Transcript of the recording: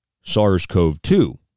SARS-CoV-2